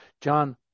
John